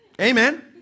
Amen